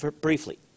briefly